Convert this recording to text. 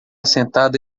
sentada